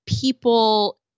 people